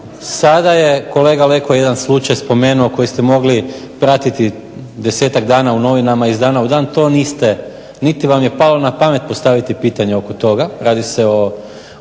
sada je kolega Leko jedan slučaj spomenuo koji ste mogli pratiti desetak dana u novinama iz dana u dan to niste niti vam je palo na pamet postaviti pitanje oko toga. Radi se o